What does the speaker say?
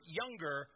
younger